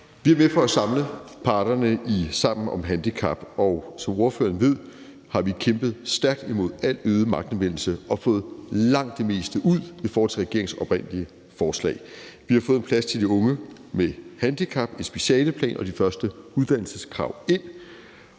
Vi er med for at samle parterne i Sammen om handicap, og som ordføreren ved, har vi kæmpet stærkt imod al øget magtanvendelse og fået langt det meste ud i forhold til regeringens oprindelige forslag. Vi har fået en plads til de unge med handicap, en specialeplan og de første uddannelseskrav ind,